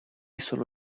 solo